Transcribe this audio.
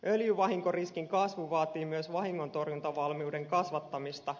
öljyvahinkoriskin kasvu vaatii myös vahingontorjuntavalmiuden kasvattamista